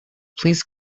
please